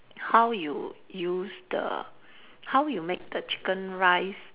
how you use the how you make the chicken rice